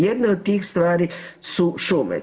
Jedna od tih stvari su šume.